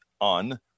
on